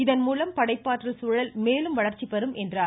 இதன்மூலம் படைப்பாற்றல் சூழல் மேலும் வளர்ச்சி பெறும் என்றார்